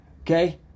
okay